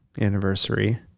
anniversary